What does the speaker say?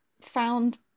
found